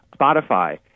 Spotify